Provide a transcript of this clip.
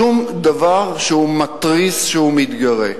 שום דבר שהוא מתריס, שהוא מתגרה.